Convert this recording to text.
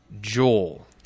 Joel